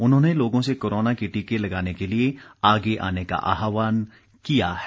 उन्होंने लोगों से कोरोना के टीके लगाने के लिए आगे आने का आह्वान किया है